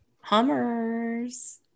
hummers